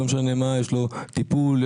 יש לו טיפול,